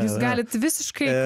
jūs galit visiškai